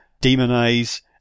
demonize